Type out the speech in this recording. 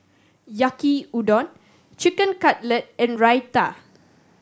Yaki Udon Chicken Cutlet and Raita